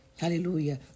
Hallelujah